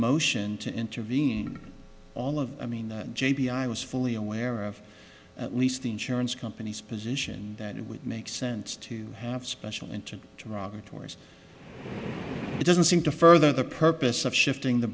motion to intervene all of i mean j p i was fully aware of at least the insurance company's position that it would make sense to have special interest derogatory doesn't seem to further the purpose of shifting the